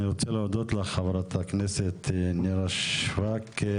אני רוצה להודות לך חברת הכנסת נירה שפק.